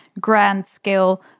grand-scale